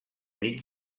mig